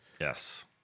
Yes